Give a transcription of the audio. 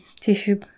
tissue